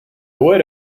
would